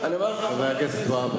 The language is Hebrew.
חבר הכנסת והבה.